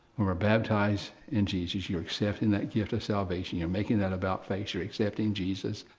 when we're baptized in jesus, you're accepting that gift of salvation, you're making that about face, you're accepting jesus.